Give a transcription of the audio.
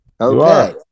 Okay